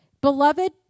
beloved